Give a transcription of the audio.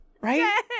right